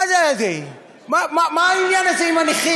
מה העניין הזה עם הנכים?